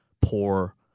poor